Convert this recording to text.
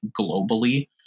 globally